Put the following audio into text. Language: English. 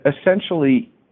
essentially